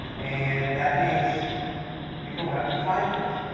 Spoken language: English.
and that means people have to find things.